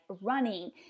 running